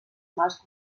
mals